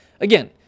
again